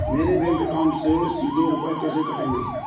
मेरे bank account से सीधे रुपए कैसे कटेंगे?